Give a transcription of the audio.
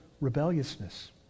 rebelliousness